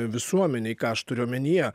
visuomenei ką aš turiu omenyje